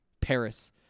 Paris